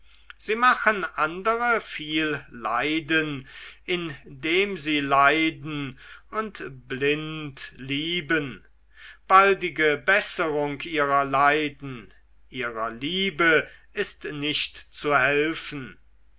sie machen andere viel leiden indem sie leiden und blind lieben baldige besserung ihrer leiden ihrer liebe ist nicht zu helfen